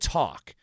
talk